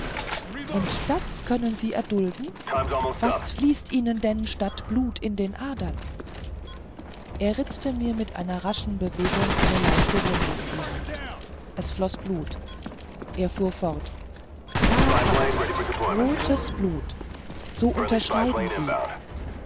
und das könnten sie erdulden was fließt ihnen denn statt des blutes in den adern er ritzte mir mit einer raschen bewegung eine leichte wunde in die hand es floß blut er fuhr fort wahrhaftig rotes blut so unterschreiben sie